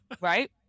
Right